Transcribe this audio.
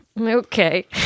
Okay